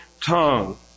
tongue